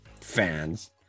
fans